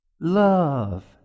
love